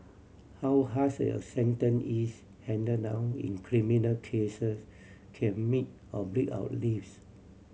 how harsh a sentence is hand down in criminal cases can make or break our lives